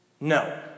No